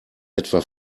etwa